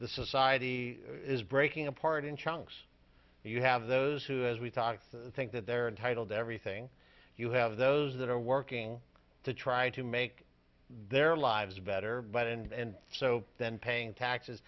the society is breaking apart in chunks and you have those who as we thought think that they're entitled to everything you have those that are working to try to make their lives better but and so then paying taxes